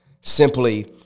simply